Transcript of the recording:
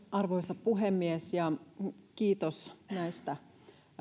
arvoisa puhemies kiitos näistä